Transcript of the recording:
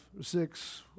six